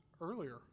earlier